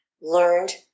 learned